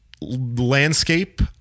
landscape